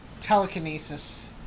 Telekinesis